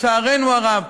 לצערנו הרב,